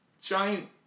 giant